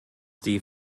die